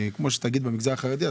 כמו שבמגזר החרדי,